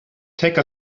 take